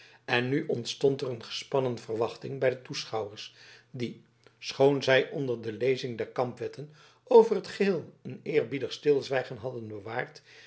en nu ontstond er een gespannen verwachting bij de toeschouwers die schoon zij onder de lezing der kamp wetten over t geheel een eerbiedig stilzwijgen hadden bewaard